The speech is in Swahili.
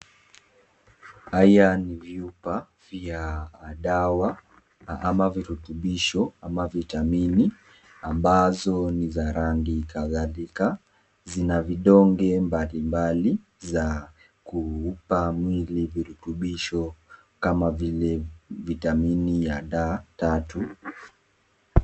Haya vyupa vya dawa ama virutubisho ama vitamini ambazo ni za rangi kadhalika zina vidonge mbalimbali za kuipa miili virutubisho kama vile Vitamini vya D3